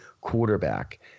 quarterback